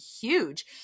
huge